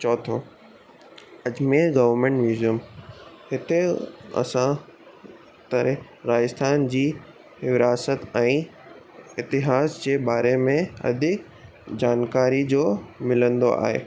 चौथों Ajmer government museum हिते असां तरह राजस्थान जी विरासत ऐं इतिहास जे बारे में वधीक जानकारी जो मिलंदो आहे